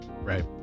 right